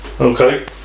Okay